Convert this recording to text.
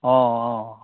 অঁ অঁ